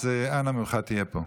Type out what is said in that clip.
אז אנא ממך, תהיה פה.